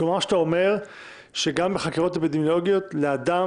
כלומר אתה אומר שגם בחקירות האפידמיולוגיות קשה לאדם